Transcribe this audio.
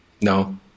No